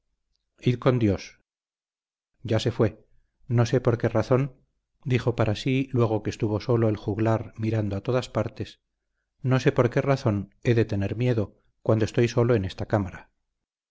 id con dios ya se fue no sé por qué razón dijo para sí luego que estuvo solo el juglar mirando a todas partes no sé por qué razón he de tener miedo cuando estoy solo en esta cámara